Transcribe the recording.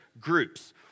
groups